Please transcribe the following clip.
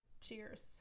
Cheers